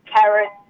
carrots